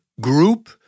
group